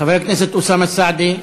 חבר הכנסת אוסאמה סעדי.